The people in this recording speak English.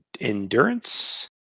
endurance